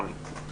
רוני.